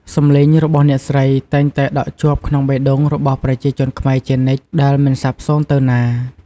សម្លេងរបស់អ្នកស្រីតែងតែដក់ជាប់ក្នុងបេះដូងរបស់ប្រជាជនខ្មែរជានិច្ច ដែលមិនសាបសូន្យទៅណា។